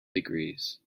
degrees